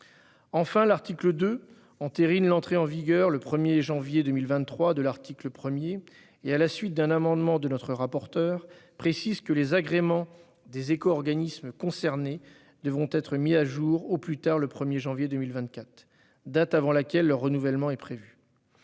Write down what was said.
Enfin, l'article 2 entérine l'entrée en vigueur le 1 janvier 2023 de l'article 1 et, à la suite d'un amendement de notre rapporteure, précise que les agréments des éco-organismes concernés devront être mis à jour au plus tard le 1 janvier 2024, date avant laquelle leur renouvellement est prévu.